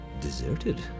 deserted